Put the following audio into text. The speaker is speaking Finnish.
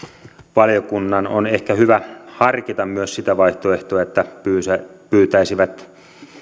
valiokunnan on ehkä hyvä harkita myös sitä vaihtoehtoa että pyytäisivät pyytäisivät